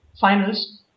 finals